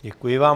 Děkuji vám.